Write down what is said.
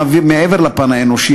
מעבר לפן האנושי,